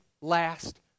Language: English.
last